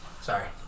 Sorry